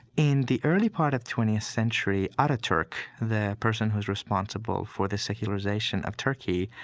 in the early part of twentieth century, ataturk, the person who's responsible for the secularization of turkey,